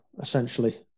essentially